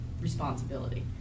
responsibility